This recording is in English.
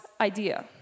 idea